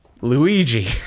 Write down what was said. luigi